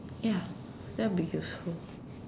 ya that'll be useful